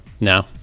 No